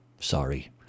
Sorry